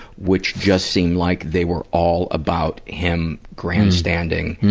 which just seem like they were all about him grandstanding,